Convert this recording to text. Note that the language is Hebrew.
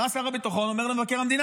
בא שר הביטחון ואומר לרמטכ"ל: